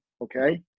okay